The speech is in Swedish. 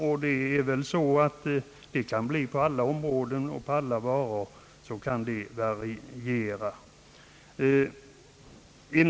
Samma sak kan ju variera på alla områden och för alla varor.